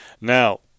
Now